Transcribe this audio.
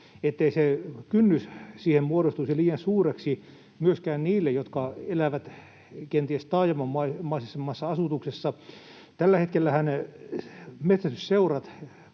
jottei kynnys siihen muodostuisi liian suureksi myöskään niille, jotka elävät kenties taajamamaisemmassa asutuksessa. Tällä hetkellähän metsästysseurat